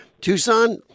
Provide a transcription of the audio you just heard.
Tucson